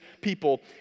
people